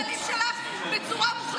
שיגן על החיילים שלך בצורה מוחלטת שם.